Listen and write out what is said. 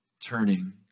turning